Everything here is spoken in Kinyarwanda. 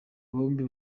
bombi